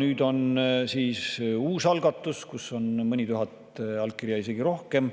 Nüüd on siis uus algatus, kus on isegi mõni tuhat allkirja rohkem.